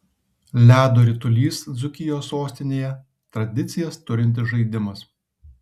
ledo ritulys dzūkijos sostinėje tradicijas turintis žaidimas